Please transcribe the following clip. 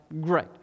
great